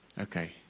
Okay